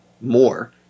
more